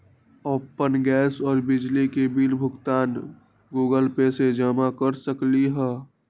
अपन गैस और बिजली के बिल गूगल पे से जमा कर सकलीहल?